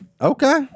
Okay